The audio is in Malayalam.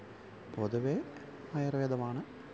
പൊതുവെ ആയുര്വേദമാണ്